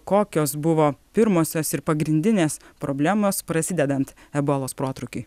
kokios buvo pirmosios ir pagrindinės problemos prasidedant ebolos protrūkiui